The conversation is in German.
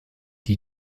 das